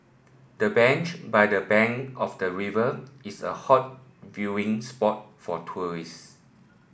the bench by the bank of the river is a hot viewing spot for tourists